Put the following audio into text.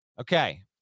Okay